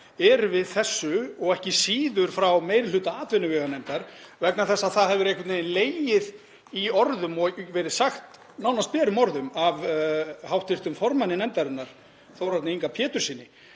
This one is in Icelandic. eru við þessu og ekki síður frá meiri hluta atvinnuveganefndar, vegna þess að það hefur einhvern veginn legið í orðum og verið sagt nánast berum orðum af hv. formanni nefndarinnar, Þórarni Inga Péturssyni,